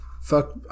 Fuck